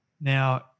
Now